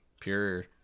pure